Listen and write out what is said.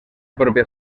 pròpia